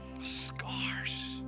scars